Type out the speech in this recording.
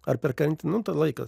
ar per karantiną nu laikas